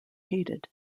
hated